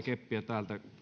keppiä täältä